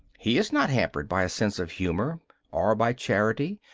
he is not hampered by a sense of humour or by charity,